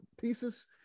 pieces